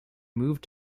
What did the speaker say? moved